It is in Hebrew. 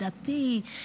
דתי,